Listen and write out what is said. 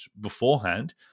beforehand